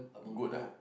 good ah